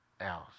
else